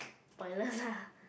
pointless lah